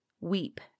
Weep